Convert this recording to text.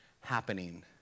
happening